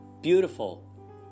beautiful